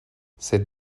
cette